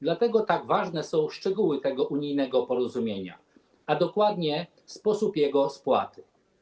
Dlatego tak ważne są szczegóły tego unijnego porozumienia, a dokładnie sposób jego spłaty.